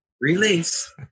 release